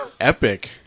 epic